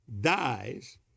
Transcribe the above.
dies